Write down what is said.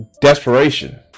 desperation